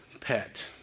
pet